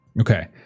Okay